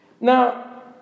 Now